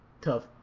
tough